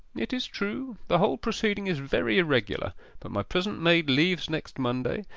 it is true, the whole proceeding is very irregular but my present maid leaves next monday,